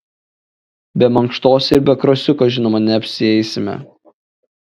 be mankštos ir be krosiuko žinoma neapsieisime